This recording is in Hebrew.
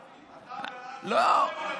אתה בעד שלא יהיו להם זכויות.